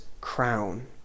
crown